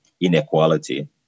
inequality